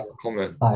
comment